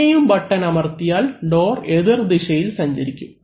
പിന്നെയും ബട്ടൺ അമർത്തിയാൽ ഡോർ എതിർദിശയിൽ സഞ്ചരിക്കും